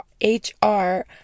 h-r